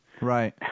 Right